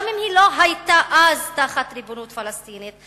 גם אם היא לא היתה אז תחת ריבונות פלסטינית,